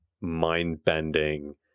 mind-bending